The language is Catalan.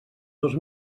dos